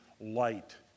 light